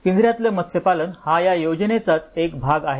पिंजऱ्यातलं मत्स्यपालन हा या योजनेचाच एक भाग आहे